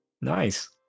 nice